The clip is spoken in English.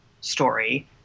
story